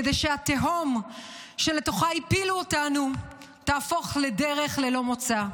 כדי שהתהום שלתוכה הפילו אותנו תהפוך לדרך ללא מוצא.